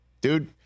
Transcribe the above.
Dude